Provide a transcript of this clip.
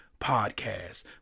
Podcast